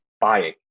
buying